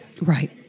Right